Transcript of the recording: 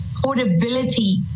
portability